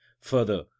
Further